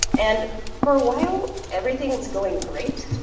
and for a while, everything was going great